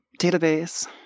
database